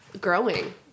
growing